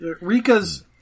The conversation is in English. Rika's